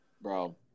bro